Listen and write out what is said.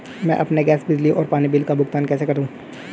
मैं अपने गैस, बिजली और पानी बिल का भुगतान कैसे करूँ?